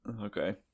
Okay